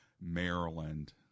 maryland